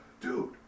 Dude